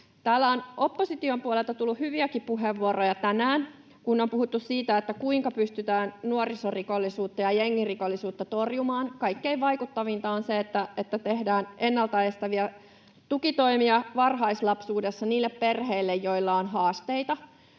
opposition puolelta tullut hyviäkin puheenvuoroja tänään, kun on puhuttu siitä, kuinka pystytään nuorisorikollisuutta ja jengirikollisuutta torjumaan. Kaikkein vaikuttavinta on, että tehdään ennalta estäviä tukitoimia varhaislapsuudessa niille perheille, joilla on haasteita.